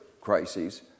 crises